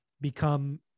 become